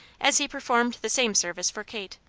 as he performed the same service for kate.